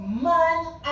man